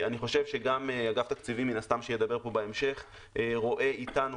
אני חושב שגם אגף תקציבים שידבר פה בהמשך רואה איתנו